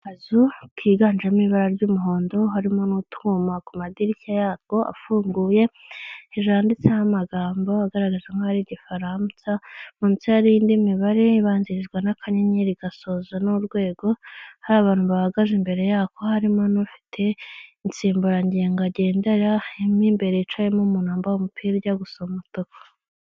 Akazu kiganjemo ibara ry'umuhondo, harimo n'utwuma ku madirishya yatwo afunguye, hejuru handitseho amagambo agaragara nkaho igifaransa, munsi hariho indi mibare ibanzirizwa n'akanyenyeri igasozwa n'urwego, hari abantu bahagaze imbere yako, harimo n'ufite insimburangingo agendera, mo imbere hicayemo umuntu wambaye umupira ujya gusa umutuku.